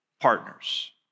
partners